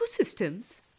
ecosystems